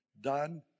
done